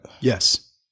Yes